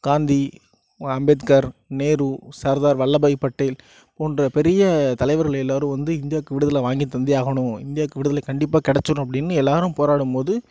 காந்தி அம்பேத்கார் நேரு சர்தார் வல்லபாய் பட்டேல் போன்ற பெரிய தலைவர் எல்லோரும் வந்து இந்தியாக்கு விடுதலை வாங்கி தந்தே ஆகணும் இந்தியாக்கு விடுதலை கண்டிப்பாக கிடைச்சிடும் அப்படினு எல்லோரும் போராடும் போது